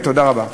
תודה רבה.